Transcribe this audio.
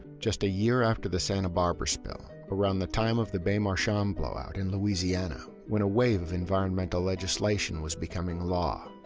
just a year after the santa barbara spill, around the time of the bay marchand blowout, in louisiana, when a wave of environmental legislation was becoming law,